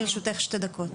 לרשותך שתי דקות.